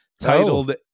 titled